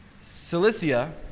Cilicia